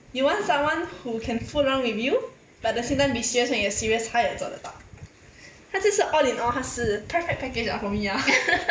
you want someone who can fool around with you but at the same time be serious when you are serious 他也做得到他就是 all in all 他是 perfect package ah for me ah